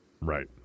Right